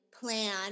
plan